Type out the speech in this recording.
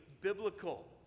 biblical